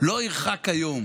לא ירחק היום